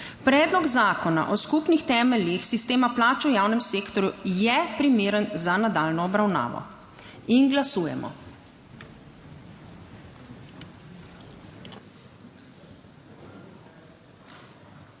"Predlog zakona o skupnih temeljih sistema plač v javnem sektorju je primeren za nadaljnjo obravnavo" in glasujemo.